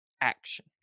action